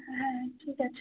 হ্যাঁ হ্যাঁ ঠিক আছে